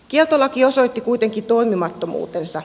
kieltolaki osoitti kuitenkin toimimattomuutensa